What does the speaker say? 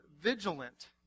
vigilant